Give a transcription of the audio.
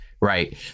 right